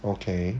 okay